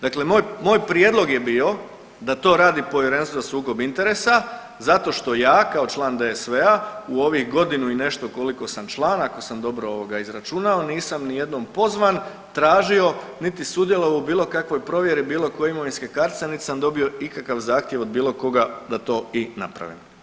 Dakle, moj, moj prijedlog je bio da to radi povjerenstvo za sukob interesa zato što ja kao član DSV-a u ovih godinu i nešto koliko sam član, ako sam dobro ovoga izračunao, nisam nijednom pozvan, tražio, niti sudjelovao u bilo kakvoj provjeri bilo koje imovinske kartice, niti sam dobio ikakav zahtjev od bilo koga da to i napravim.